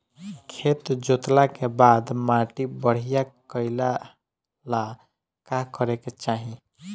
खेत जोतला के बाद माटी बढ़िया कइला ला का करे के चाही?